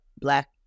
black